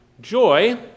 Joy